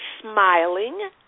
smiling